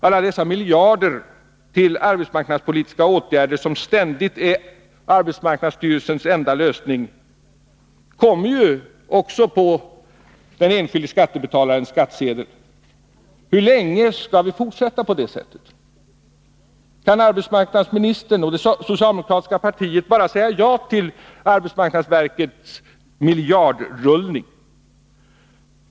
Alla dessa miljarder till arbetsmarknadspolitiska åtgärder, som ständigt är AMS enda lösning, kommer också på den enskilde skattebetalarens skattsedel. Hur länge skall vi fortsätta på det sättet? Kan arbetsmarknadsministern och det socialdemokratiska partiet bara säga ja till arbetsmarknadsverkets miljardrullning?